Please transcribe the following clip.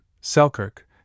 Selkirk